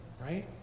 Right